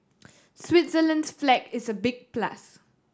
Switzerland's flag is a big plus